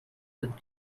with